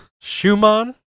schumann